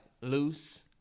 loose